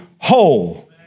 whole